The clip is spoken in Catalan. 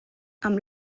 amb